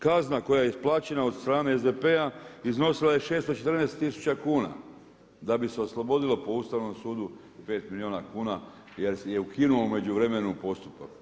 Kazna koja je isplaćena od strane SDP-a iznosila je 614 tisuća kuna, da bi se oslobodilo po Ustavnom sudu 5 milijuna kuna jer je ukinuo u međuvremenu postupak.